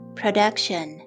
production